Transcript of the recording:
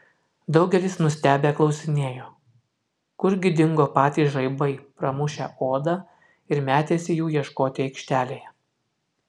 daugelis nustebę klausinėjo kurgi dingo patys žaibai pramušę odą ir metėsi jų ieškoti aikštelėje